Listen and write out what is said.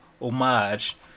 homage